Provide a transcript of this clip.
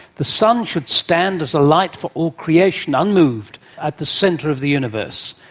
the sun should stand as a light for all creation, unmoved at the centre of the universe,